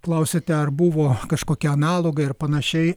klausiate ar buvo kažkokie analogai ar panašiai